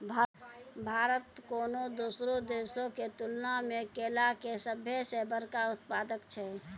भारत कोनो दोसरो देशो के तुलना मे केला के सभ से बड़का उत्पादक छै